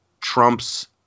Trump's